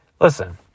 listen